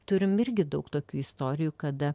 turim irgi daug tokių istorijų kada